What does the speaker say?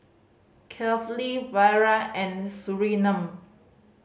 Kefli Wira and Surinam